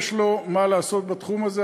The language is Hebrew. יש לו מה לעשות בתחום הזה,